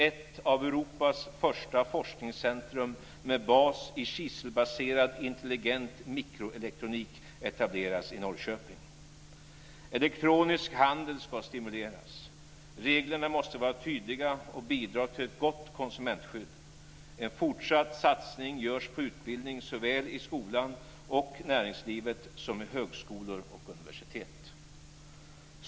Ett av Europas första forskningscentrum med bas i kiselbaserad intelligent mikroelektronik etableras i Norrköping. Elektronisk handel ska stimuleras. Reglerna måste vara tydliga och bidra till ett gott konsumentskydd. En fortsatt satsning görs på utbildning såväl i skolan och näringslivet som i högskolor och universitet.